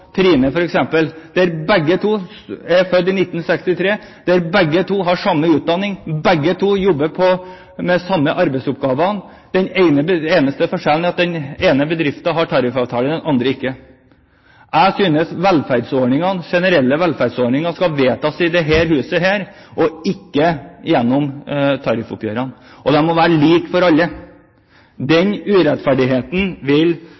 Trine, som begge er født i 1963, som har samme utdanning, og som har de samme arbeidsoppgavene, men i ulike bedrifter? Den eneste forskjellen er at den ene bedriften har tariffavtale, og den andre ikke. Jeg synes at generelle velferdsordninger bør vedtas i dette huset, og ikke gjennom tariffoppgjørene, og ordningene må være like for alle. Denne urettferdigheten vil